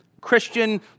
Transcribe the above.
Christian